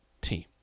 team